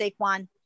Saquon